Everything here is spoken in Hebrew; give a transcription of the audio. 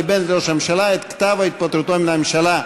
בנט לראש הממשלה את כתב התפטרותו מן הממשלה,